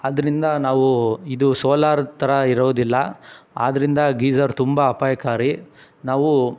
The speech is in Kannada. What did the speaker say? ಆದ್ದರಿಂದ ನಾವು ಇದು ಸೋಲಾರ್ ಥರ ಇರೋದಿಲ್ಲ ಆದ್ದರಿಂದ ಗೀಝರ್ ತುಂಬ ಅಪಾಯಕಾರಿ ನಾವು